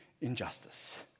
injustice